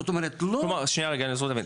זאת אומרת שאני אבין מה אתה אומר,